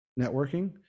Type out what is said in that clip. networking